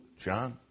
John